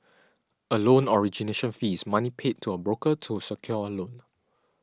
a loan origination fee is money paid to a broker to secure a loan